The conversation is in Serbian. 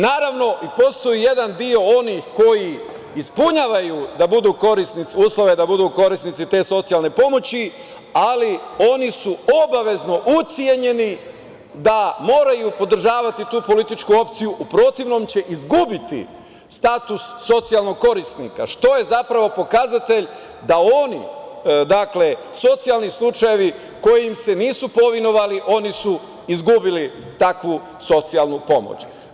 Naravno, postoji jedan deo onih koji ispunjavaju uslove da budu korisnici te socijalne pomoći, ali oni su obavezno ucenjeni da moraju podržavati tu političku opciju, jer će u protivnom izgubiti status socijalnog korisnika, što je zapravo pokazatelj da oni, socijalni slučajevi koji im se nisu povinovali, oni su izgubili takvu socijalnu pomoć.